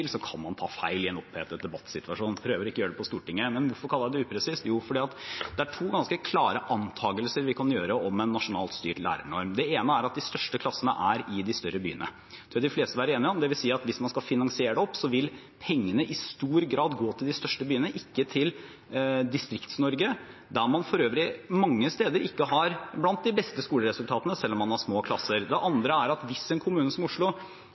kan man ta feil i en opphetet debattsituasjon – jeg prøver å ikke gjøre det på Stortinget. Men hvorfor kaller jeg det upresist? Jo, det er fordi det er to ganske klare antakelser vi kan gjøre om en nasjonalt styrt lærernorm. Den ene er at de største klassene er i de større byene. Det vil de fleste være enige om. Det vil si at hvis man skal finansiere det, vil pengene i stor grad gå til de største byene, ikke til Distrikts-Norge, der man for øvrig mange steder ikke har de beste skoleresultatene, selv om man har små klasser. Den andre er at hvis en kommune som Oslo